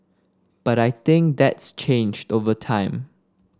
but I think that's changed over time